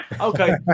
Okay